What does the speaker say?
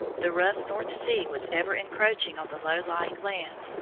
the rough north sea was ever encroaching on the low-lying land,